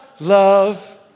love